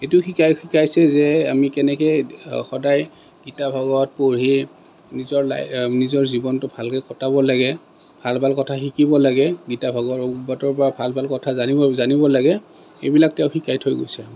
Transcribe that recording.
এইটো শিকাই শিকাইছে যে আমি কেনেকৈ সদায় গীতা ভাগৱত পঢ়ি নিজৰ লাই জীৱনটো ভালকৈ কটাব লাগে ভাল ভাল কথা শিকিব লাগে গীতা ভাগৱতৰ পৰা ভাল ভাল কথা জানিব জানিব লাগে এইবিলাক তেওঁ শিকাই থৈ গৈছে